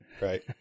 right